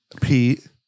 Pete